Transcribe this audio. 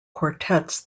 quartets